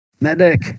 Medic